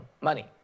money